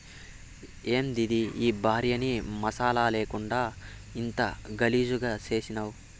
యాందిది ఈ భార్యని మసాలా లేకుండా ఇంత గలీజుగా చేసినావ్